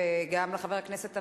וגם לחבר הכנסת המציע,